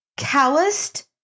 Calloused